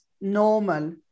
normal